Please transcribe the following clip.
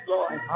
Lord